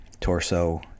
torso